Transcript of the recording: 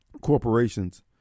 corporations